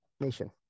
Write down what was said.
nation